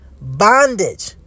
bondage